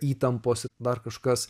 įtampos dar kažkas